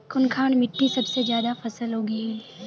कुनखान मिट्टी सबसे ज्यादा फसल उगहिल?